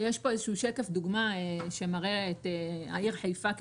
יש פה שקף שמראה את העיר חיפה כדוגמה.